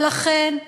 ולכן,